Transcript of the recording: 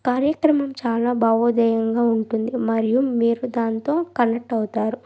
కార్యక్రమం చాలా భావొద్వేయంగా ఉంటుంది మరియు మీరు దాంతో కనెక్ట్ అవుతారు